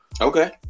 Okay